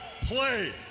play